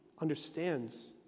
understands